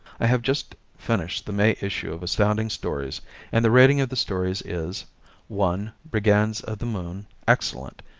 i have just finished the may issue of astounding stories and the rating of the stories is one brigands of the moon excellent!